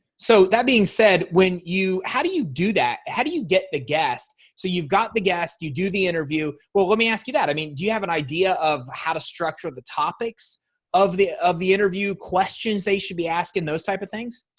so that being said when you how do you do that. how do you get a guest? so you've got the guest. you do the interview well, let me ask you that. i mean do you have an idea of how to structure the topics of the, of the interview questions, they should be asking those type of things.